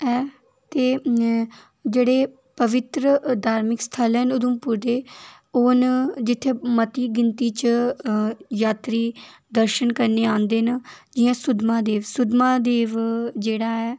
ऐ ते जेह्ड़े पवित्तर धार्मिक स्थल हैन उधमपुर दे ओह् न जित्थें मती गिनती च जात्तरी दर्शन करने गी औंदे न जि'यां सुद्धमहादेव सुद्धमहादेव जेह्ड़ा ऐ